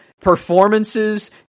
performances